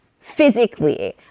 physically